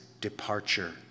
departure